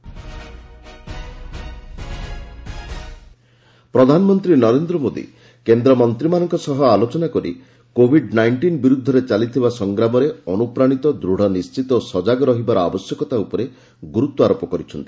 PM central minister ପ୍ରଧାନମନ୍ତ୍ରୀ ନରେନ୍ଦ୍ର ମୋଦୀ କେନ୍ଦ୍ରମନ୍ତ୍ରୀମାନଙ୍କ ସହ ଆଲୋଚନା କରି କୋଭିଡ୍ ନାଇଷ୍ଟିନ୍ ବିରୁଦ୍ଧରେ ଚାଲିଥିବା ସଂଗ୍ରାମରେ ଅନୁପ୍ରାଣିତ ଦୂଢ଼ ନିଶ୍ଚିତ ଓ ସଜାଗ ରହିବାର ଆବଶ୍ୟକତା ଉପରେ ଗୁରୁତ୍ୱାରୋପ କରିଛନ୍ତି